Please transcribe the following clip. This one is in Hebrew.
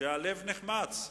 והלב נחמץ.